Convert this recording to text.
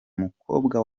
mukobwa